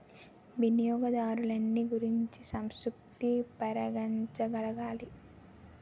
వినియోగదారున్ని గుర్తించి సంతృప్తి పరచగలగాలి